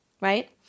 right